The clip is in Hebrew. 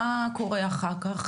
מה קורה אחר כך?